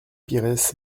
pires